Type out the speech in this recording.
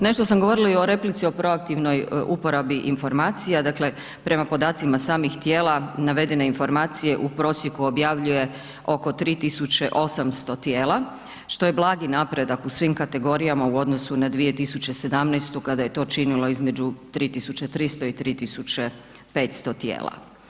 Nešto sam govorila i o replici o pro aktivnoj uporabi informacija, dakle, prema podacima samih tijela, navedene informacije u prosjeku objavljuje oko 3800 tijela, što je blagi napredak u svim kategorijama u odnosu na 2017. kada je to činilo između 3300 i 3500 tijela.